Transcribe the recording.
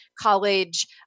college